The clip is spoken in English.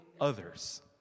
others